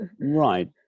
right